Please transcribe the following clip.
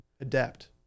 adapt